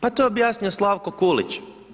Pa to je objasnio Slavko Kulić.